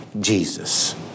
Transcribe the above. Jesus